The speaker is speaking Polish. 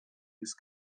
jest